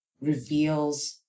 reveals